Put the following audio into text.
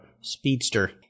Speedster